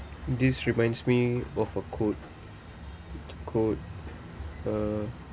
this reminds me of a quote quote uh